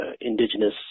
indigenous